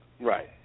right